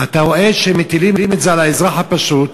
אתה רואה שמטילים את זה על האזרח הפשוט.